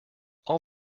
all